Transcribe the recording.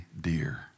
dear